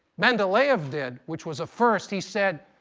mendeleyev did, which was a first, he said,